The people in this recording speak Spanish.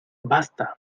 basta